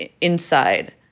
inside